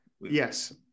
Yes